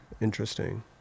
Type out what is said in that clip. Interesting